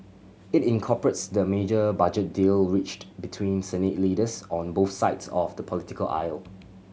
it incorporates the major budget deal reached between Senate leaders on both sides of the political aisle